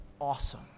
awesome